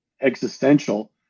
existential